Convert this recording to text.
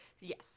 Yes